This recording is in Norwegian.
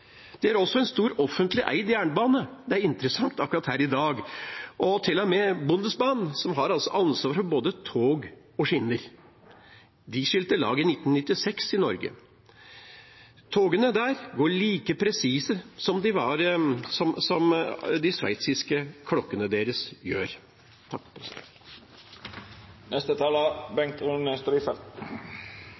en stor offentlig eid jernbane – det er interessant akkurat her i dag – Bundesbahnen, som har ansvar for både tog og skinner. De skilte lag i 1996 i Norge. Togene der går like presist som de sveitsiske klokkene deres gjør.